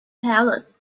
palace